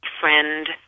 friend